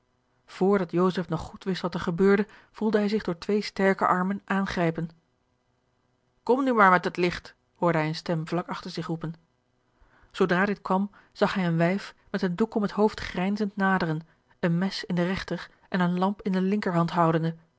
vr dat joseph nog goed wist wat er gebeurde voelde hij zich door twee sterke armen aangrijpen george een ongeluksvogel kom nu maar met het licht hoorde hij eene stem vlak achter zich roepen zoodra dit kwam zag hij een wijf met een doek om het hoofd grijnzend naderen een mes in de regter en eene lamp in de linkerhand houdende